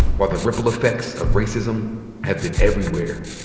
while the ripple effects of racism have been everywhere.